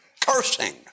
cursing